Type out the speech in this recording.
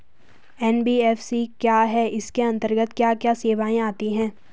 NBFC क्या है इसके अंतर्गत क्या क्या सेवाएँ आती हैं?